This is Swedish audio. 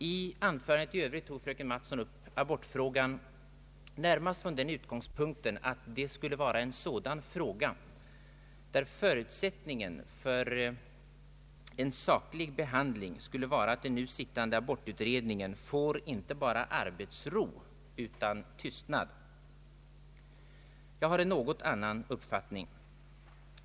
I sitt anförande i övrigt tog fröken Mattson upp abortfrågan närmast från den utgångspunkten att förutsättningen för en saklig behandling av detta problem skulle vara att den nu sittande abortutredningen får inte bara arbetsro utan även tystnad. Jag har en något avvikande uppfattning.